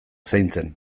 zaintzen